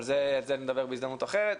אבל על זה נדבר בהזדמנות אחרת.